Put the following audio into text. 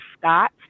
Scott